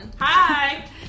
Hi